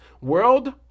World